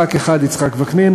חבר כנסת אחד: יצחק וקנין,